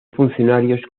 funcionarios